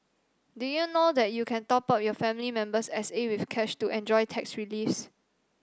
did you know that you can top up your family member's S A with cash to enjoy tax reliefs